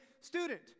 student